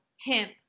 hemp